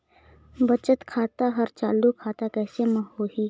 बचत खाता हर चालू खाता कैसे म होही?